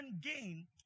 gain